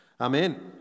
Amen